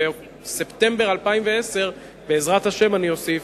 בספטמבר 2010 בעזרת השם, אני אוסיף,